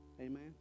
Amen